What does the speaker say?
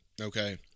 okay